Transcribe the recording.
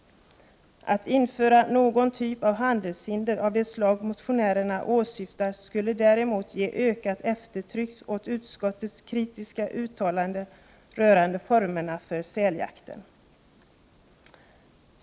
Att införa någon typ av handelshinder av det slag motionärerna åsyftar skulle däremot ge ökat eftertryck åt utskottets kritiska uttalanden rörande formerna för säljakten.